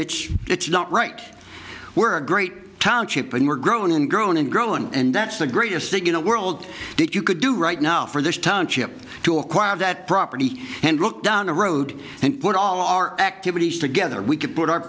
which it's not right we're a great township and we're grown and grown and grown and that's the greatest thing in a world that you could do right now for this township to acquire that property and look down the road and put all our activities together we could put our